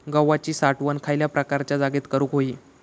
गव्हाची साठवण खयल्या प्रकारच्या जागेत करू होई?